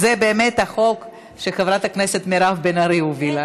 זה באמת חוק שחברת הכנסת מירב בן ארי הובילה,